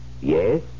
yes